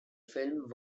film